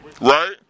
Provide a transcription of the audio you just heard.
right